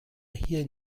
hier